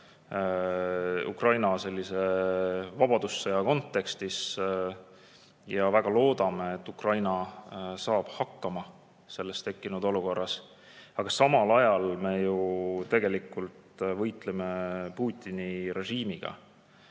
Ukrainale sellise vabadussõja kontekstis ja väga loodame, et Ukraina saab selles tekkinud olukorras hakkama. Aga samal ajal me ju tegelikult võitleme Putini režiimiga.